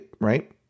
right